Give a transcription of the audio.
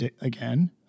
again